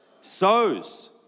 sows